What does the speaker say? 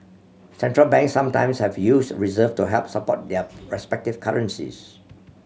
Central Banks sometimes have used reserve to help support their respective currencies